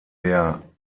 der